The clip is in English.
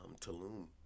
Tulum